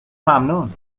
ممنون